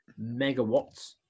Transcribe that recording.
megawatts